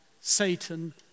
Satan